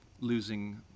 losing